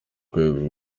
rwego